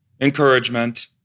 Encouragement